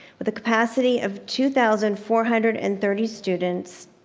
with a capacity of two thousand four hundred and thirty students.